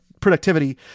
productivity